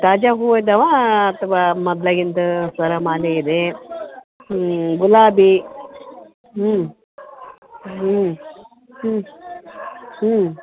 ತಾಜಾ ಹೂವು ಇದ್ದಾವ ಅಥ್ವಾ ಮೊದ್ಲಾಗಿಂದ ಸರ ಮಾಲೆ ಇದೆ ಗುಲಾಬಿ ಹ್ಞೂ ಹ್ಞೂ ಹ್ಞೂ ಹ್ಞೂ